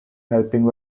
helping